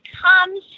comes